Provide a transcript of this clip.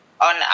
on